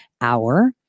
hour